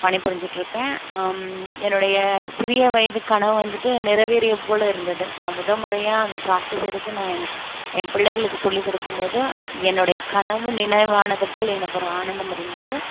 பணி புரிஞ்சுட்டுருக்கேன் என்னுடைய சிறிய வயது கனவு வந்துட்டு நிறைவேறிய போல இருந்தது நான் முதை முறையாக நான் அந்த சாக்ஃபீசை எடுத்து நான் என்ன என் பிள்ளைகளுக்கு சொல்லி கொடுக்கும் போது என்னுடைய கனவு நினைவானது போல் எனக்கு ஒரு ஆனந்தம் இருந்தது